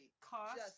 cost